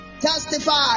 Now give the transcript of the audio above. testify